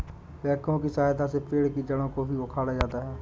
backhoe की सहायता से पेड़ के जड़ को भी उखाड़ा जाता है